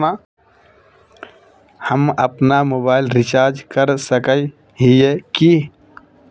हम अपना mobile recharge कर सकय हिये की?